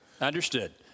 Understood